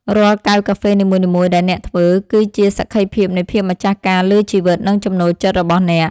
រាល់កែវកាហ្វេនីមួយៗដែលអ្នកធ្វើ គឺជាសក្ខីភាពនៃភាពម្ចាស់ការលើជីវិត និងចំណូលចិត្តរបស់អ្នក។